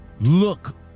look